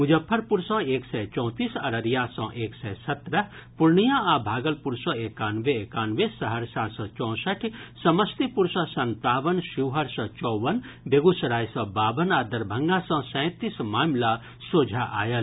मुजफ्फरपुर सँ एक सय चौंतीस अररिया सँ एक सय सत्रह पूर्णियां आ भागलपुर सँ एकानवे एकानवे सहरसा सँ चौंसठि समस्तीपुर सँ संतावन शिवहर सँ चौवन बेगूसराय सँ बावन आ दरभंगा सँ सैंतीस मामिला सोझा आयल